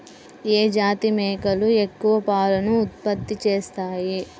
ఏ జాతి మేకలు ఎక్కువ పాలను ఉత్పత్తి చేస్తాయి?